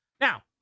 Now